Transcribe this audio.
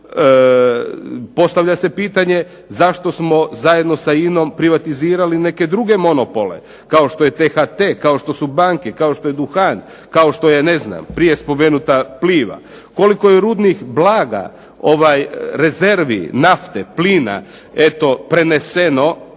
Postavlja se pitanje zašto smo zajedno sa INA-om privatizirali neke druge monopole kao što je T-HT, kao što su banke, kao što je Duhan, kao što je prije spomenuta Pliva. Koliko je rudnih blaga, rezervi nafte, plina preneseno